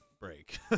break